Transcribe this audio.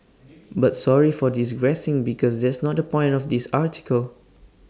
but sorry for digressing because that's not the point of this article